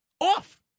Off